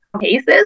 cases